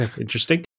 interesting